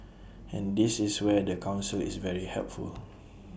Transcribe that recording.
and this is where the Council is very helpful